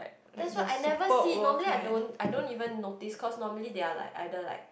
that's why I never see normally I don't I don't even notice cause they are like either like